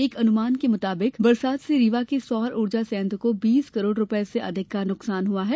एक अनुमान के मुताबिक बारिश से रीवा के सौर ऊर्जा संयंत्र को बीस करोड़ रूपए से अधिक का नुकसान हुआ है